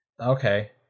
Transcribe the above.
Okay